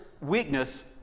weakness